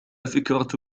فكرة